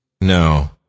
No